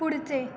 पुढचे